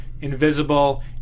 Invisible